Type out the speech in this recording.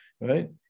Right